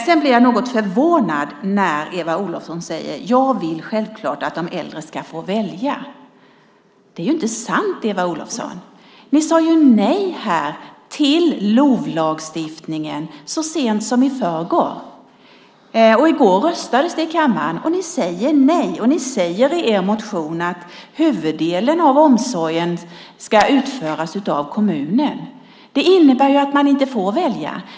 Jag blir något förvånad när Eva Olofsson säger att hon självfallet vill att de äldre ska få välja. Det är inte sant, Eva Olofsson. Ni sade ju nej här till LOV så sent som i förrgår. I går röstades det i kammaren och ni sade nej. I er motion säger ni att huvuddelen av omsorgen ska utföras av kommunen. Det innebär att man inte får välja.